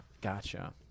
gotcha